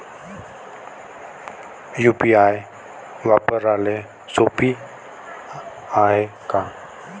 UPI वापराले सोप हाय का?